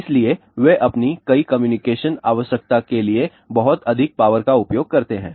इसलिए वे अपनी कई कम्युनिकेशन आवश्यकता के लिए बहुत अधिक पावर का उपयोग करते हैं